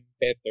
better